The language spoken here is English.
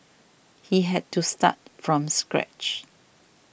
he had to start from scratch